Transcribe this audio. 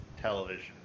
Television